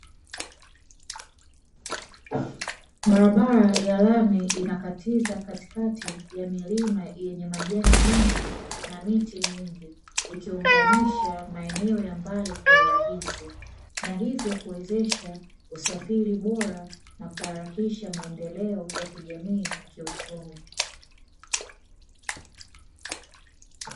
Barabara ya lami inakatiza katikati ya milima yenye majani mengi na miti mingi ikiunganisha maeneo ya mbali kwa urahisi na hivyo kuwezesha usafiri bora na kuharakisha maendeleo ya kijamii na kiuchumi.